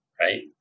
right